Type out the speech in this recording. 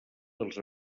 dels